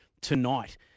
tonight